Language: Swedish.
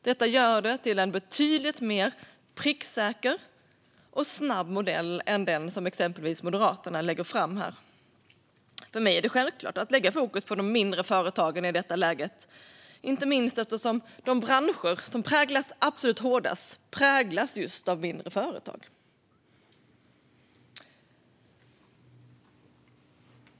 Detta gör det till en betydligt mer pricksäker och snabb modell än den som exempelvis Moderaterna lägger fram här. För mig är det självklart att lägga fokus på de mindre företagen i detta läge, inte minst eftersom de branscher som drabbas absolut hårdast präglas av just mindre företag.